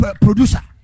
producer